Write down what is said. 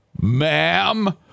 ma'am